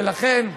ולכן,